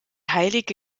heilige